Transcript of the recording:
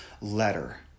letter